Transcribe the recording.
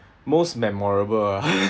most memorable ah